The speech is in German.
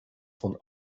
von